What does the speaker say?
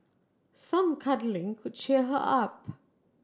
some cuddling could cheer her up